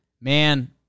man